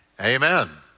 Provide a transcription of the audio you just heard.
Amen